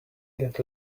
get